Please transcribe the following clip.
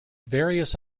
various